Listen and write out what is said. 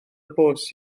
bws